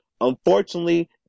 Unfortunately